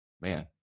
man